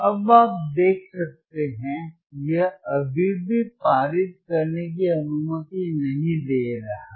अब आप देख सकते हैं यह अभी भी पारित करने की अनुमति नहीं दे रहा है